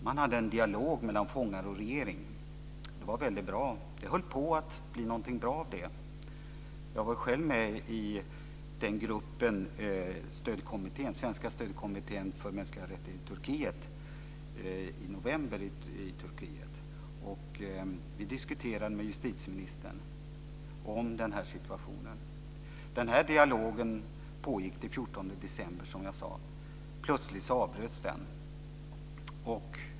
Man hade en dialog mellan fångar och regering. Det var väldigt bra. Det höll på att bli något bra av det. Jag var själv med i Turkiet i november i Svenska stödkommittén för mänskliga rättigheter i Turkiet. Vi diskuterade situationen med justitieministern. Den här dialogen pågick till den 14 december. Plötsligt avbröts den.